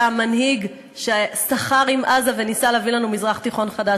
המנהיג שסחר עם עזה וניסה להביא לנו מזרח תיכון חדש.